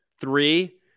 three